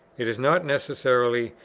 it is not necessary,